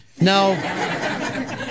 No